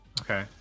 okay